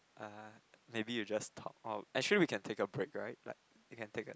uh maybe you just talk orh actually we can take a break right like we can take a